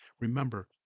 Remember